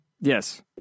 Yes